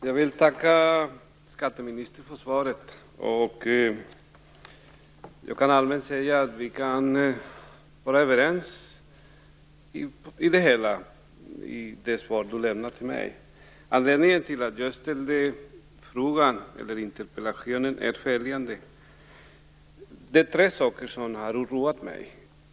Fru talman! Jag vill tacka skatteministern för svaret. Jag kan allmänt säga att vi kan vara överens om det svar skatteministern lämnar till mig. Anledningen till att jag väckte interpellationen är följande. Det är tre saker som har oroat mig.